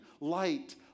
Light